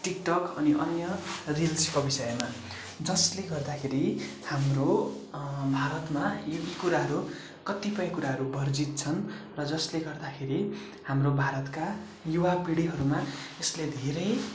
TikTok अनि अन्य रिल्सको विषयमा जसले गर्दाखेरि हाम्रो भारतमा यी कुराहरू कतिपय कुराहरू बर्जित छन् र जसले गर्दाखेरि हाम्रो भारतका युवा पिँढीहरूमा यसले धेरै